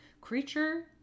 creature